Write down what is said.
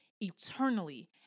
eternally